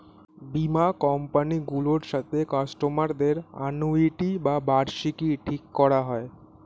বীমা কোম্পানি গুলোর সাথে কাস্টমার দের অ্যানুইটি বা বার্ষিকী ঠিক করা হয়